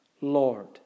Lord